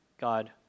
God